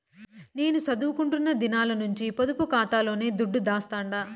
నేను సదువుకుంటున్న దినాల నుంచి పొదుపు కాతాలోనే దుడ్డు దాస్తండా